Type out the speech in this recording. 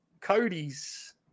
Cody's